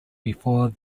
before